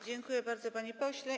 Dziękuję bardzo, panie pośle.